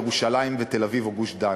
ירושלים ותל-אביב או גוש-דן.